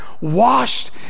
washed